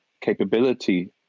capability